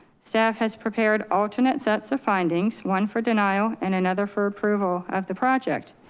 staff has prepared alternate sets of findings, one for denial and another for approval of the project.